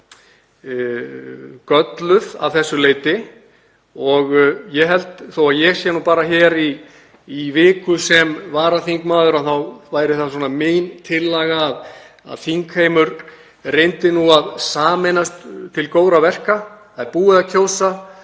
gölluð að þessu leyti og þó að ég sé nú bara hér í viku sem varaþingmaður þá væri það mín tillaga að þingheimur reyndi nú að sameinast til góðra verka. Það er búið að kjósa.